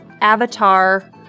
Avatar